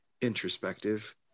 introspective